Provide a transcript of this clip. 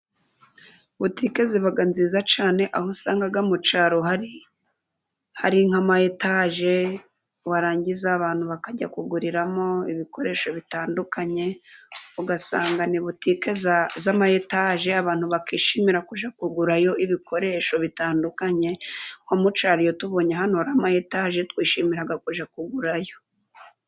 Butike ziba nziza cyane, aho usanga mu cyaro hari nkama etaje, warangiza abantu bakajya kuguriramo ibikoresho bitandukanye, ugasanga ni butike z'ama etaje. Abantu bakishimira kujya kugurayo ibikoresho bitandukanye, nko mu cyaro iyo tubonye ahantu hari ama etaje twishimira kujya kugurayo.